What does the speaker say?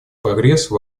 прогресса